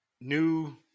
new